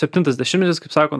septintas dešimtmetis kaip sako